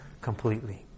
completely